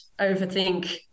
overthink